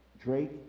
Drake